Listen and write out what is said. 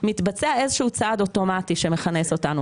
מתבצע איזשהו צעד אוטומטי שמכנס אותנו,